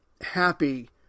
happy